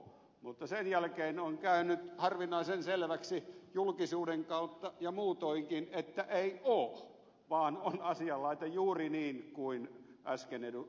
mutta sen jälkeen on käynyt harvinaisen selväksi julkisuuden kautta ja muutoinkin että ei oo vaan on asian laita juuri niin kuin äsken ed